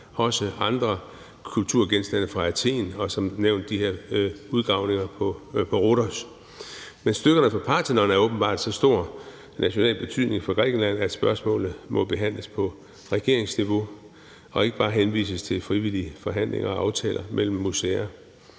også andre kulturgenstande fra Athen og som nævnt fra de her udgravninger på Rhodos. Men stykkerne fra Parthenon er åbenbart af så stor national betydning for Grækenland, at spørgsmålet må behandles på regeringsniveau og ikke bare henvises til frivillige forhandlinger og aftaler mellem museer.